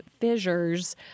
fissures